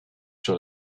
sur